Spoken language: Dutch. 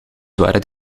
zware